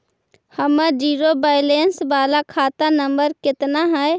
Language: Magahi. हमर जिरो वैलेनश बाला खाता नम्बर कितना है?